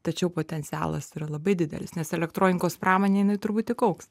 tačiau potencialas yra labai didelis nes elektronikos pramonė jinai turbūt tik augs